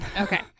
Okay